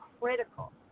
critical